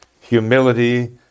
humility